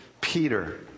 Peter